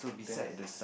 tenth